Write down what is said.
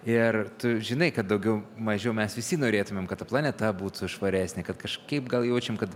ir tu žinai kad daugiau mažiau mes visi norėtumėm kad ta planeta būtų švaresnė kad kažkaip gal jaučiam kad